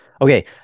okay